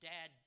Dad